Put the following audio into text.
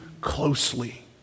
closely